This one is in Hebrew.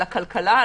על הכלכלה,